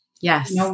Yes